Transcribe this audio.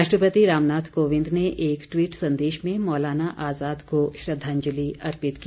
राष्ट्रपति रामनाथ कोंविद ने एक टवीट संदेश में मौलाना आजाद को श्रंद्वाजलि अर्पित की